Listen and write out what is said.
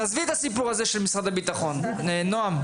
תעזבי את הסיפור של משרד הביטחון נעם,